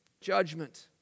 Judgment